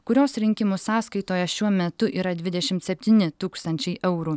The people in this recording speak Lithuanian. kurios rinkimų sąskaitoje šiuo metu yra dvidešimt septyni tūkstančiai eurų